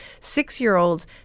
six-year-olds